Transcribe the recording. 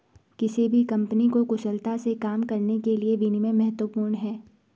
किसी भी कंपनी को कुशलता से काम करने के लिए विनियम महत्वपूर्ण हैं